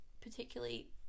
particularly